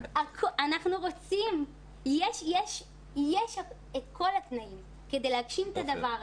יש את כל התנאים כדי להגשים את הדבר הזה.